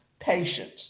patience